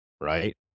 right